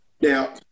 Now